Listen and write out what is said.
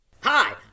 Hi